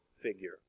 figure